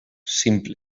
simple